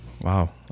wow